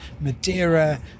madeira